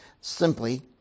simply